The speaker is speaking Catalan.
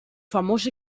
famós